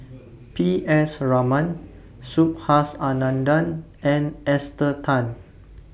P S Raman Subhas Anandan and Esther Tan